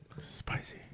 Spicy